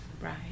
right